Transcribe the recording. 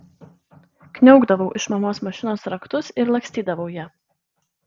kniaukdavau iš mamos mašinos raktus ir lakstydavau ja